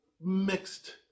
mixed